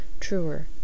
truer